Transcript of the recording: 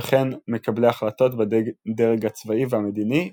וכן מקבלי החלטות בדרג הצבאי והמדיני וחוקרים.